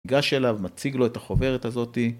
ניגש אליו, מציג לו את החוברת הזאת